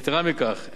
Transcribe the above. יתירה מכך,